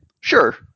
Sure